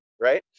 right